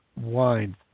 Wine